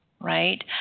right